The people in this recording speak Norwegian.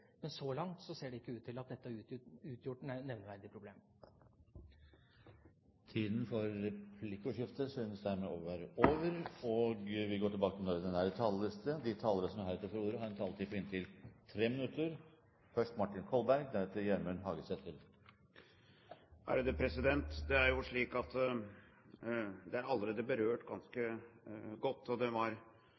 Men så langt ser det ikke ut til at dette har utgjort noe nevneverdig problem. Replikkordskiftet er omme. De talere som heretter får ordet, har en taletid på inntil 3 minutter. Det er slik at dette allerede er berørt ganske godt. Det var fint å se at Fremskrittspartiets parlamentariske leder nå kom inn i salen, fordi det